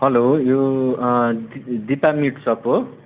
hello यो दिपा मिट सप हो